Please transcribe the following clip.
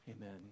Amen